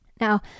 Now